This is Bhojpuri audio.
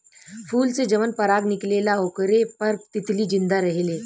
फूल से जवन पराग निकलेला ओकरे पर तितली जिंदा रहेले